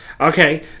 Okay